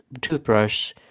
toothbrush